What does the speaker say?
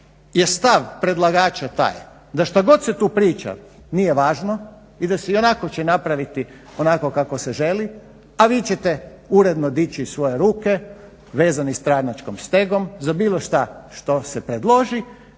je stav predlagača taj da što god se tu priča nije važno i da se ionako će napraviti onako kako se želi, a vi ćete uredno dići svoje ruke vezani stranačkom stegom za bilo šta što se predloži.